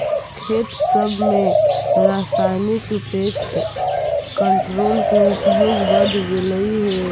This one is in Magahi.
खेत सब में रासायनिक पेस्ट कंट्रोल के उपयोग बढ़ गेलई हे